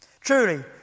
Truly